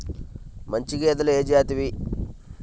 మంచి గేదెలు ఏ జాతివి?